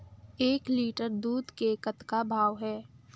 एक लिटर दूध के कतका भाव हे?